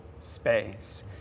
space